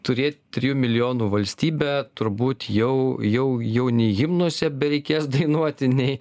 turėt trijų milijonų valstybę turbūt jau jau jau nei himnuose bereikės dainuoti nei